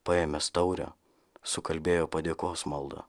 paėmęs taurę sukalbėjo padėkos maldą